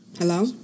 Hello